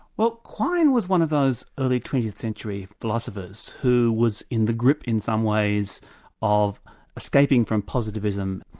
well quine was one of those early twentieth century philosophers who was in the grip in some ways of escaping from positivism,